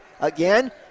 Again